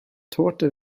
tote